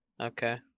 Okay